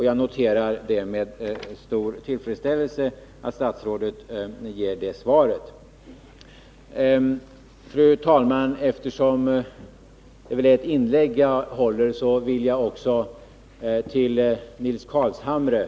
Jag noterar med stor tillfredsställelse att statsrådet ger det svaret.